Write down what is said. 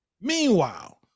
Meanwhile